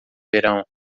verão